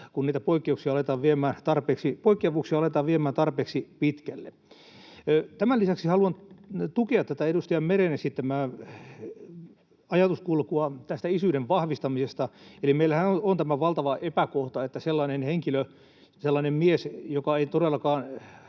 poikkeavuuksia aletaan viemään tarpeeksi pitkälle. Tämän lisäksi haluan tukea edustaja Meren esittämää ajatuskulkua isyyden vahvistamisesta. Eli meillähän on tämä valtava epäkohta, että sellainen henkilö, sellainen mies, joka ei todellakaan